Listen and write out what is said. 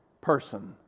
person